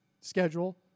schedule